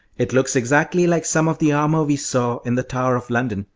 it looks exactly like some of the armour we saw in the tower of london,